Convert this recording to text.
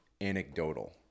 anecdotal